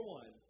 one